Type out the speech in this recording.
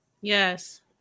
Yes